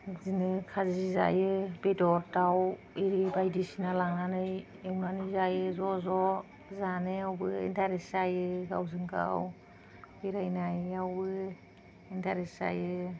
बिदिनो खाजि जायो बेदर दाउ आरि बायदिसिना लांनानै एवनानै जायो ज' ज' जानायावबो इन्टारेस्ट जायो गावजों गाव बेरायनायावबो इन्टारेस्ट जायो